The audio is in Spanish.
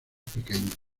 pequeños